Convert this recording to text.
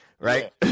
right